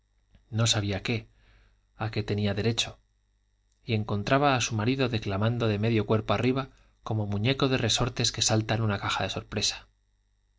no sabía qué a que tenía derecho y encontraba a su marido declamando de medio cuerpo arriba como muñeco de resortes que salta en una caja de sorpresa